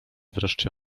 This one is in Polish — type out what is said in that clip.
wreszcie